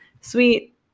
sweet